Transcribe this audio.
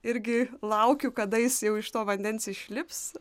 irgi laukiu kada jis jau iš to vandens išlips